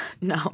No